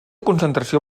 concentració